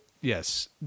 Yes